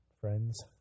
friends